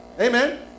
Amen